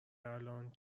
الان